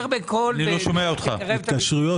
התקשרויות